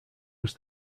was